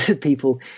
people